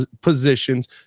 positions